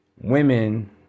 women